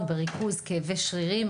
זה בדיוק מה שביקשנו לעשות.